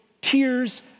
tears